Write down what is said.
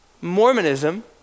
Mormonism